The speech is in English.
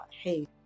hey